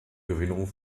gewinnung